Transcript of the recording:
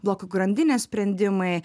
blokų grandinės sprendimai